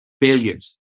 failures